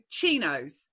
chinos